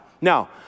Now